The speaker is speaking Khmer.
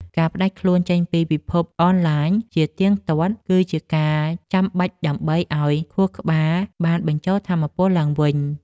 ការផ្ដាច់ខ្លួនចេញពីពិភពអនឡាញ ជាទៀងទាត់ គឺជាការចាំបាច់ដើម្បីឱ្យខួរក្បាលបានបញ្ចូលថាមពលឡើងវិញ។